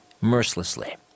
mercilessly